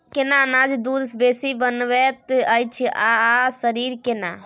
केना अनाज दूध बेसी बनबैत अछि आ शरीर केना?